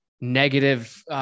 negative